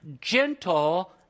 gentle